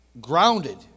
grounded